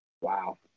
wow